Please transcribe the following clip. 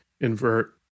invert